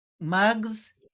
mugs